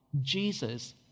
Jesus